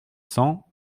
cents